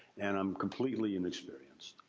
and i'm completely inexperienced.